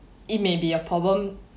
it may be a problem